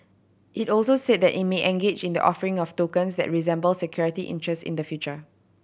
it also said that it may engage in the offering of tokens that resemble security interest in the future